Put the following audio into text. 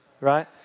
right